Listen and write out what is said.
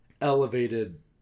elevated